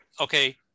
okay